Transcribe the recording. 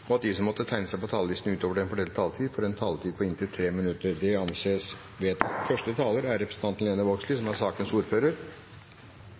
og at de som måtte tegne seg på talerlisten utover den fordelte taletid, får en taletid på inntil 3 minutter. – Det anses vedtatt.